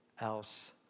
else